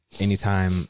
anytime